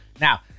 Now